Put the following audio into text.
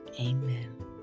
Amen